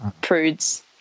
prudes